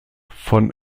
von